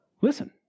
Listen